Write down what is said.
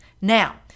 Now